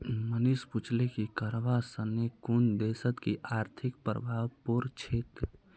मनीष पूछले कि करवा सने कुन देशत कि आर्थिक प्रभाव पोर छेक